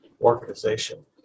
organization